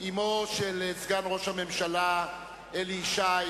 אמו של סגן ראש הממשלה אלי ישי,